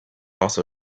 also